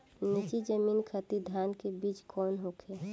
नीची जमीन खातिर धान के बीज कौन होखे?